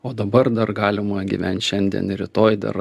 o dabar dar galima gyvent šiandien ir rytoj dar